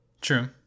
true